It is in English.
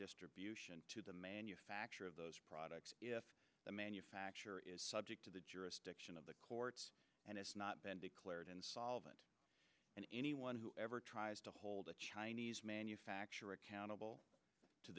distribution to the manufacture of those products if the manufacturer is subject to the jurisdiction of the courts and has not been declared insolvent and anyone who ever tries to hold a chinese manufacturer accountable to